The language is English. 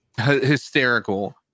hysterical